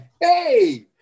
hey